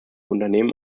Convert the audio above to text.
unternehmen